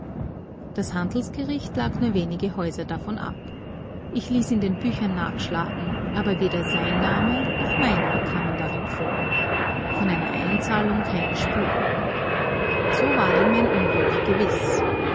das handelsgericht lag nur wenige häuser davon ab ich ließ in den büchern nachschlagen aber weder sein name noch meiner kamen darin vor von einer einzahlung keine spur so war denn mein unglück gewiß